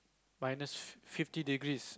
minus fifty degrees